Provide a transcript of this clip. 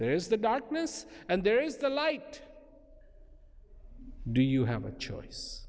there is the darkness and there is the light do you have a choice